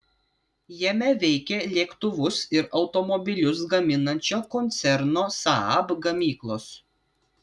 jame veikia lėktuvus ir automobilius gaminančio koncerno saab gamyklos